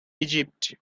egypt